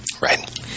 Right